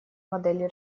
модели